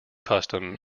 custom